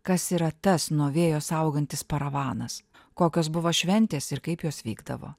kas yra tas nuo vėjo saugantis paravanas kokios buvo šventės ir kaip jos vykdavo